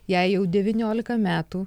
jai jau devyniolika metų